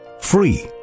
free